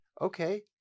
okay